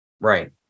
Right